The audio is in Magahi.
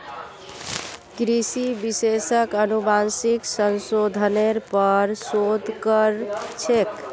कृषि विशेषज्ञ अनुवांशिक संशोधनेर पर शोध कर छेक